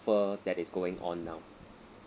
offer that is going on now